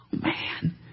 man